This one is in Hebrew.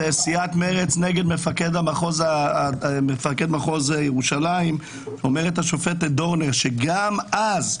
בסיעת מרצ נגד מפקד מחוז ירושלים אומרת השופטת דורנר שגם אז,